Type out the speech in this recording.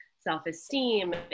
self-esteem